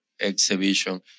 exhibition